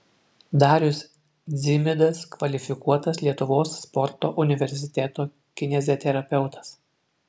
darius dzimidas kvalifikuotas lietuvos sporto universiteto kineziterapeutas